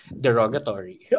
derogatory